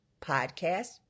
Podcast